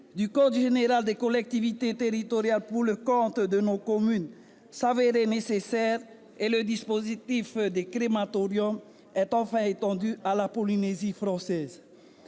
du code général des collectivités territoriales, pour le compte de nos communes, s'avérait nécessaire, et le dispositif des crématoriums est enfin étendu à la Polynésie française.